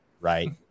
right